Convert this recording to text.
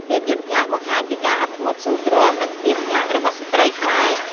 ភាពយន្តខ្លះបង្ហាញពីការអត់ធ្មត់ស៊ូទ្រាំ និងភាពខ្លាំងរបស់ស្ត្រីខ្មែរ។